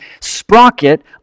sprocket